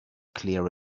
clear